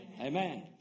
Amen